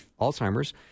Alzheimer's